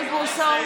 תתנשא,